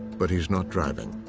but he's not driving.